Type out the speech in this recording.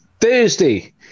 Thursday